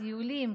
טיולים,